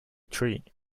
treat